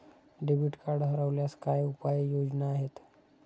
Debit card हरवल्यास काय उपाय योजना आहेत?